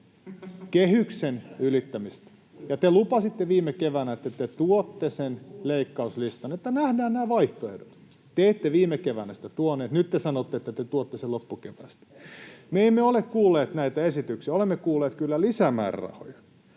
kehyksen ylittämisestä — ja te lupasitte viime keväänä, että te tuotte sen leikkauslistan, jotta nähdään nämä vaihtoehdot. Te ette viime keväänä sitä tuoneet, ja nyt te sanotte, että te tuotte sen loppuvuodesta. Me emme ole kuulleet näitä esityksiä. Olemme kuulleet kyllä lisämäärärahoja,